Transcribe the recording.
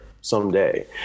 someday